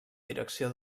direcció